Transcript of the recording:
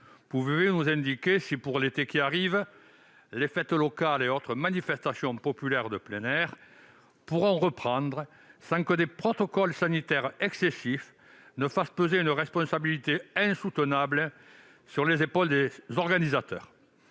Pouvez-vous nous indiquer si, pour l'été qui arrive, les fêtes locales et autres manifestations populaires de plein air pourront reprendre, sans que des protocoles sanitaires excessifs fassent peser une responsabilité insoutenable sur les épaules des organisateurs